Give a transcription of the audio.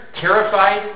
terrified